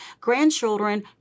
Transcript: grandchildren